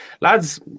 lads